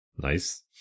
Nice